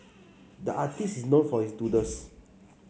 the artist is known for his doodles